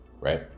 right